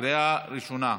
קריאה ראשונה.